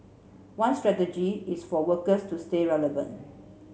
one strategy is for workers to stay relevant